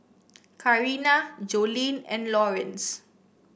Carina Jolene and Lawrence